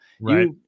Right